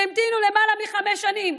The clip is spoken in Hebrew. שהמתינו למעלה מחמש שנים,